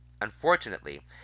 Unfortunately